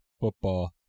Football